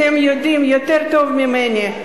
אתם יודעים יותר טוב ממני,